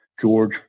George